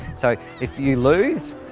so if you lose,